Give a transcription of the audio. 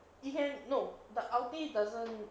you can no the ulti doesn't